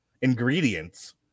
ingredients